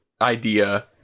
idea